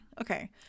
Okay